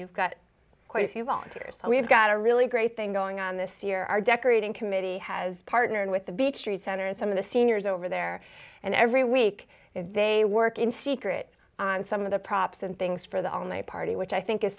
you've got quite a few volunteers we've got a really great thing going on this year are decorating committee has partnered with the beech tree center and some of the seniors over there and every week they work in secret on some of the props and things for the all night party which i think i